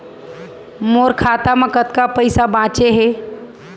मोर खाता मा कतका पइसा बांचे हे?